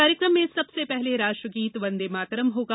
कार्यक्रम में सबसे पहले राष्ट्रगीत वंदे मातरम होगा